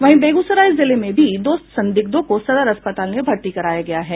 वहीं बेगूसराय जिले में भी दो संदिग्धों को सदर अस्पताल में भर्ती कराया गया है